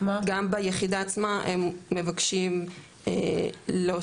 גם ביחידה עצמה הם מבקשים להוציא,